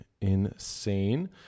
insane